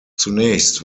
zunächst